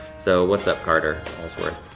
so, what's up, carter owlsworth,